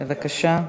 בבקשה.